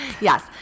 Yes